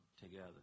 together